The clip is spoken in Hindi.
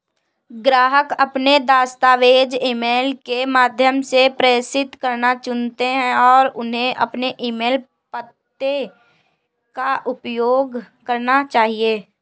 ग्राहक अपने दस्तावेज़ ईमेल के माध्यम से प्रेषित करना चुनते है, उन्हें अपने ईमेल पते का उपयोग करना चाहिए